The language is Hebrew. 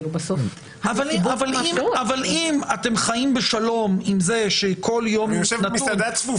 אתם חיים בשלום עם זה שבכל יום נתון